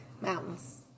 Mountains